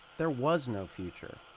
there was no future.